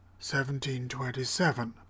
1727